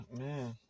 man